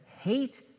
hate